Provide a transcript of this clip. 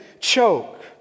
choke